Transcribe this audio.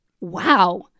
Wow